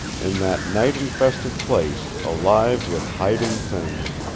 in that night-infested place, alive with hiding things,